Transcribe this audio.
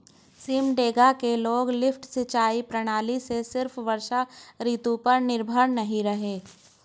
सिमडेगा के लोग लिफ्ट सिंचाई प्रणाली से सिर्फ वर्षा ऋतु पर निर्भर नहीं रहे